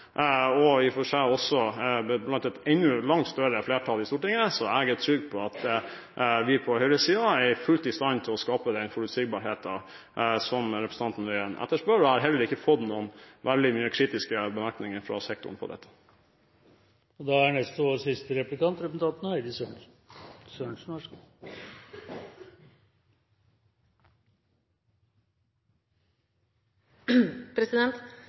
i og for seg også blant et langt større flertall i Stortinget. Så jeg er trygg på at vi på høyresiden fullt ut er i stand til å skape den forutsigbarheten som representanten Tingelstad Wøien etterspør. Jeg har heller ikke fått veldig mange kritiske bemerkninger om dette fra sektoren. Norge har klimaforskere som er